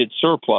surplus